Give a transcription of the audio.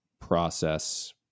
process